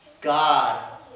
God